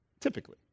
Typically